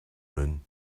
moon